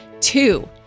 Two